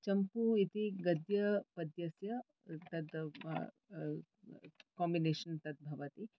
चम्पू इति गद्यपद्यस्य तद् काम्बिनेशन् तद् भवति